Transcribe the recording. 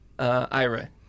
Ira